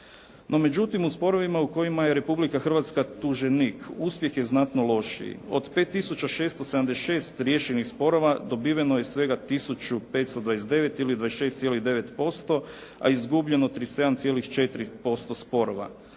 međutim, u sporovima u kojima je Republika Hrvatska tuženik uspjeh je znatno lošiji. Od 5 tisuća 676 riješenih sporova dobiveno je svega tisuću 529 ili 26,9% a izgubljeno 37,4% sporova.